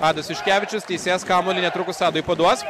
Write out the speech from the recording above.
adas juškevičius teisėjas kamuolį netrukus adui paduos